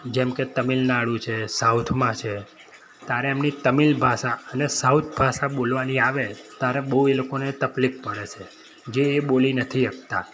જેમકે તમિલનાડુ છે સાઉથમાં છે તારે એમની તમિલ ભાષા અને સાઉથ ભાષા બોલવાની આવે ત્યારે બહુ એ લોકોને તકલીફ પડે છે જે એ બોલી નથી શકતા